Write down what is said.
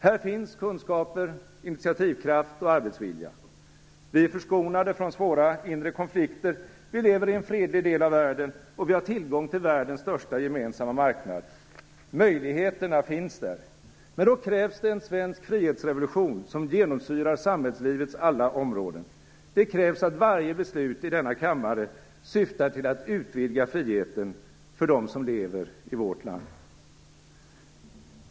Här finns kunskaper, initiativkraft och arbetsvilja. Vi är förskonade från svåra inre konflikter, vi lever i en fredlig del av världen och vi har tillgång till världens största gemensamma marknad. Möjligheterna finns där. Men då krävs det en svensk frihetsrevolution, som genomsyrar samhällslivets alla områden. Det krävs att varje beslut i denna kammare syftar till att utvidga friheten för dem som lever i vårt land.